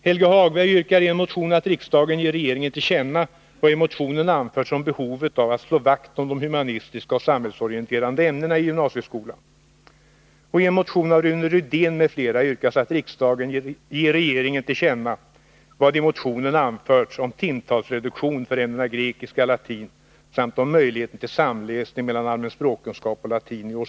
Helge Hagberg yrkar i en motion att riksdagen ger regeringen till känna vad i motionen anförts om behovet av att slå vakt om de humanistiska och samhällsorienterande ämnena i gymnasieskolan.